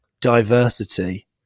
diversity